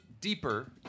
deeper